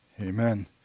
Amen